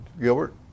Gilbert